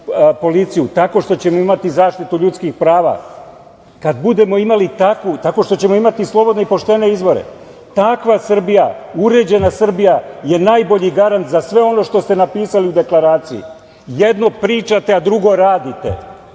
policiju, tako što ćemo imati zaštitu ljudskih prava, tako što ćemo imati slobodne i poštene izbore. Takva Srbija, uređena Srbija je najbolji garant za sve ono što ste napisali u Deklaraciji. Jedno pričate, a drugo radite.